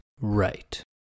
Right